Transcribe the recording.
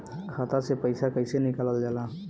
खाता से पैसा कइसे निकालल जाला?